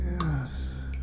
Yes